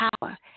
power